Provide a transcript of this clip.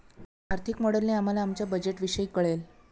आर्थिक मॉडेलने आम्हाला आमच्या बजेटविषयी कळेल